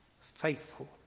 Faithful